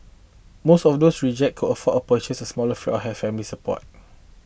most of those reject could afford of purchase a small flat or had family support